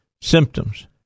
symptoms